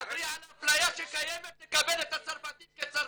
תדברי על האפליה שקיימת לקבל את הצרפתים כצרפוקאים,